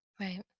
Right